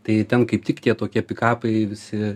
tai ten kaip tik tie tokie pikapai visi